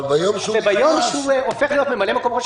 ביום שהוא הופך להיות ממלא מקום ראש